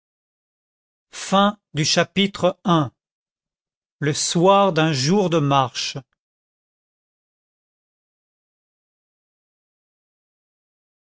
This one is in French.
chapitre i le soir d'un jour de marche